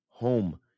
home